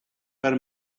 per